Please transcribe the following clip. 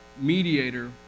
mediator